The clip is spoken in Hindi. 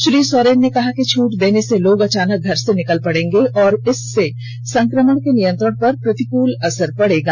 श्री सोरेन ने कहा कि छूट देने से लोग अचानक घर से निकल पड़ेंगे और इससे संकमण के नियंत्रण पर प्रतिकूल असर पड़ेगा